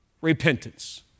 repentance